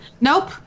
Nope